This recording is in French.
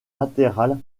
latéral